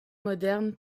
moderne